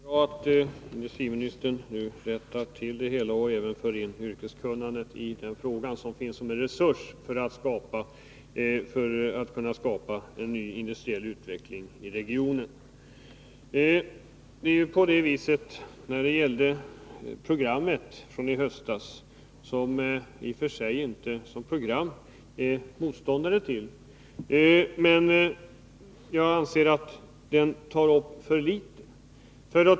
Herr talman! Det är bra att industriministern nu rättar till det hela och även för in det yrkeskunnande som finns som en resurs för att kunna skapa en ny industriell utveckling i regionen. Programmet från i höstas är vi i och för sig inte motståndare till. Men jag anser att det tar upp för litet.